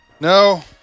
No